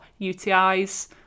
UTIs